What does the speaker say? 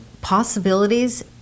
possibilities